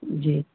جی